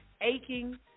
aching